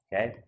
okay